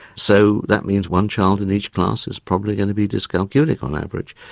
so that means one child in each class is probably going to be dyscalculic on average.